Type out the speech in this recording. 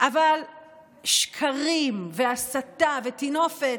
אבל שקרים והסתה וטינופת,